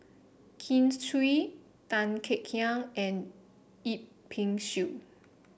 Kin Chui Tan Kek Hiang and Yip Pin Xiu